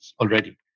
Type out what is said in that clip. already